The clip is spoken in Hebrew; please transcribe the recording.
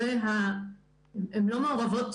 שהן לא מעורבות,